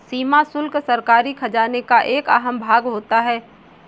सीमा शुल्क सरकारी खजाने का एक अहम भाग होता है